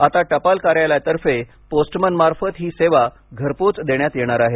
आता टपाल कार्यालयातर्फे पोस्टमन मार्फत ही सेवा घरपोच देण्यात येणार आहे